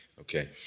Okay